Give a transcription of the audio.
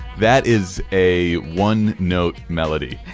that is a one note, melody.